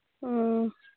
ꯎꯝ